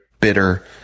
bitter